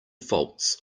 faults